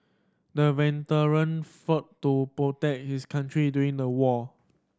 the veteran fought to protect his country during the war